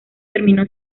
terminó